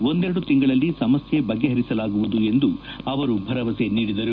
ಒಂದೆರಡು ತಿಂಗಳಲ್ಲಿ ಸಮಸ್ನ ಬಗೆಹರಿಸಲಾಗುವುದು ಎಂದು ಅವರು ಭರವಸೆ ನೀಡಿದರು